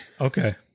Okay